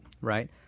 right